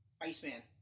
Iceman